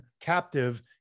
captive